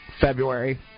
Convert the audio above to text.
February